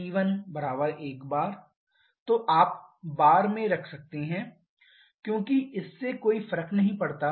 P1 1 bar तो आप bar में रख सकते हैं क्योंकि इससे कोई फर्क नहीं पड़ता